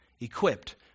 equipped